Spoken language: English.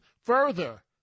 further